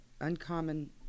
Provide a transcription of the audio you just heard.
uncommon